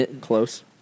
Close